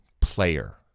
player